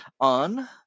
on